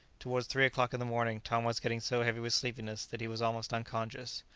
towards three o'clock in the morning tom was getting so heavy with sleepiness that he was almost unconscious.